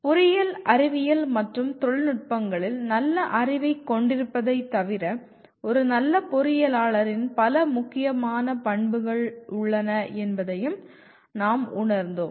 பொறியியல் அறிவியல் மற்றும் தொழில்நுட்பங்களில் நல்ல அறிவைக் கொண்டிருப்பதைத் தவிர ஒரு நல்ல பொறியியலாளரின் பல முக்கியமான பண்புகள் உள்ளன என்பதையும் நாம் உணர்ந்தோம்